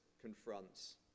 confronts